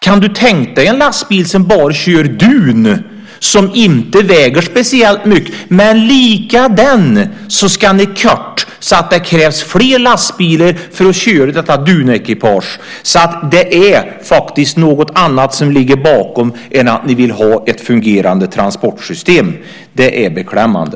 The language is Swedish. Kan du tänka dig en lastbil som bara kör dun som inte väger speciellt mycket och ni likväl ska korta ned så att det krävs fler lastbilar för att köra detta dunekipage, då är det faktiskt något annat som ligger bakom än att ni vill ha ett fungerande transportsystem. Det är beklämmande.